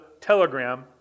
telegram